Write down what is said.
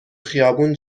خیابون